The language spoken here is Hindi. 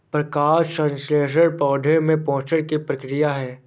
प्रकाश संश्लेषण पौधे में पोषण की प्रक्रिया है